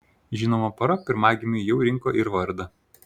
žinoma pora pirmagimiui jau rinko ir vardą